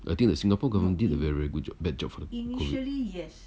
I think the singapore government did a very very good bad job for the COVID